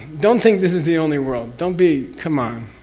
don't think this is the only world, don't be. come on!